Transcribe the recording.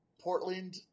Portland